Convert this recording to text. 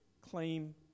claim